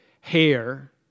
hair